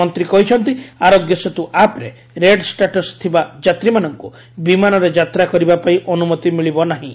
ମନ୍ତ୍ରୀ କହିଛନ୍ତି ଆରୋଗ୍ୟ ସେତ୍ର ଆପ୍ରେ ରେଡ୍ ଷ୍ଟାଟସ୍ ଥିବା ଯାତ୍ରୀମାନଙ୍କ ବିମାନରେ ଯାତ୍ରା କରିବା ପାଇଁ ଅନୁମତି ମିଳିବ ନାହିଁ